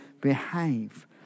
behave